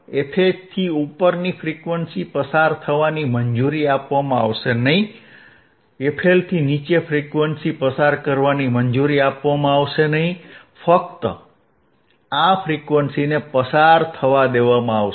fH થી ઉપરની frequency પસાર થવાની મંજૂરી આપવામાં આવશે નહીં fLથી નીચે ફ્રીક્વન્સી પસાર કરવાની મંજૂરી આપવામાં આવશે નહીં ફક્ત આ ફ્રીક્વન્સીને પસાર થવા દેવામાં આવશે